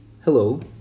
Hello